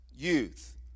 youth